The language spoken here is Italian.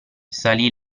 salì